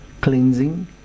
cleansing